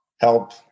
help